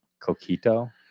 Coquito